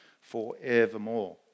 forevermore